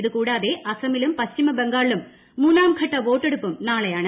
ഇത് കൂടാതെ അസമിലും പശ്ചിമബംഗാളിലും മൂന്നാം ഘട്ട വോട്ടെടുപ്പും നാളെയാണ്